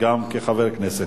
גם כחבר כנסת.